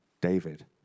David